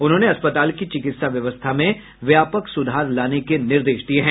उन्होंने अस्पताल की चिकित्सा व्यवस्था में व्यापक सुधार लाने के निर्देश दिये हैं